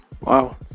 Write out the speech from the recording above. Wow